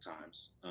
times